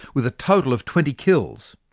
with a total of twenty kills.